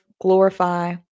glorify